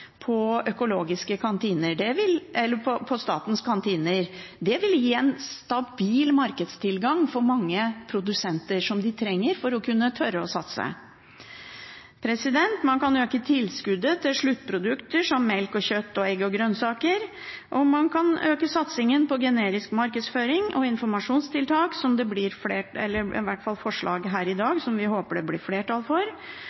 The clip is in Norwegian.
det som serveres i statens kantiner. Det ville gi en stabil markedstilgang for mange produsenter, som de trenger for å kunne tørre å satse. Man kan øke tilskuddet til sluttprodukter som melk og kjøtt og egg og grønnsaker. Man kan øke satsingen på generisk markedsføring og informasjonstiltak, som det er forslag om her i dag, som vi håper det blir flertall for.